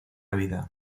vida